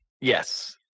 Yes